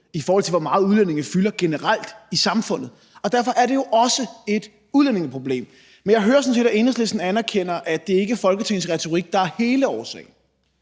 i forhold til hvor meget udlændinge fylder generelt i samfundet. Og derfor er det jo også et udlændingeproblem. Men jeg hører sådan set, at Enhedslisten anerkender, at det ikke er Folketingets retorik, der er hele årsagen